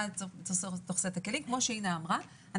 כמו שאינה אמרה,